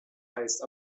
heißt